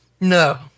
No